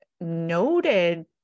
noted